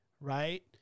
right